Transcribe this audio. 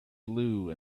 blue